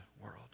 world